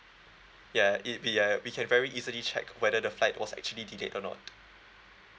ya it be ya we can very easily check whether the flight was actually delayed or not